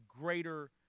greater